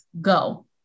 go